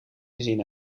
gezien